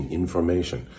information，